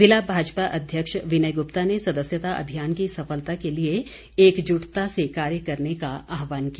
ज़िला भाजपा अध्यक्ष विनय गुप्ता ने सदस्यता अभियान की सफलता के लिए एकजुटता से कार्य करने का आह्वान किया